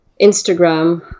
Instagram